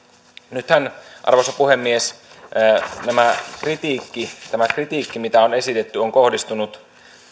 nythän arvoisa puhemies tämä kritiikki mitä on esitetty on kohdistunut